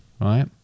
right